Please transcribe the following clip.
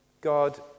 God